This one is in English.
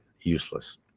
useless